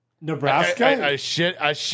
Nebraska